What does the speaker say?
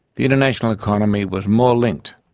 the international economy was more linked,